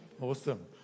Awesome